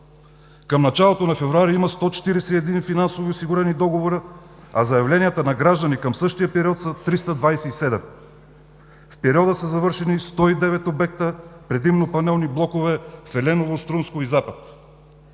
Към началото на месец февруари има 141 финансово осигурени договора, а заявленията на граждани към същия период са 327. В периода са завършени 109 обекта – предимно панелни блокове в „Еленово“, „Струмско“ и „Запад“.